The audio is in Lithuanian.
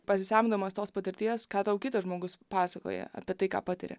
pasisemdamas tos patirties ką tau kitas žmogus pasakoja apie tai ką patiria